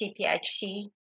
CPHC